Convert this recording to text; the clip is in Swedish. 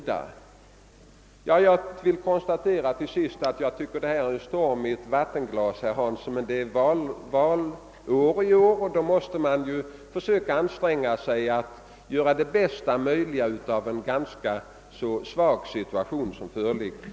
Till sist vill jag konstatera, herr Hansson, att detta förefaller mig vara en storm i ett vattenglas. Men i år är det ju val och då måste man väl anstränga sig att göra det bästa möjliga även av en så pass svag sak som det här gäller.